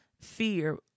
fear